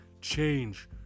change